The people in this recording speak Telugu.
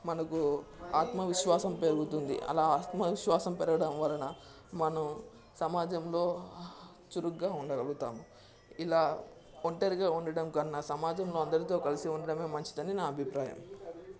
మనకు ఆత్మవిశ్వాసం పెరుగుతుంది అలా ఆత్మవిశ్వాసం పెరగడం వలన మనం సమాజంలో చురుగ్గా ఉండగలుగుతాము ఇలా ఒంటరిగా ఉండడం కన్నా సమాజంలో అందరితో కలిసి ఉండటమే మంచిదని నా అభిప్రాయం